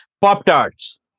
Pop-Tarts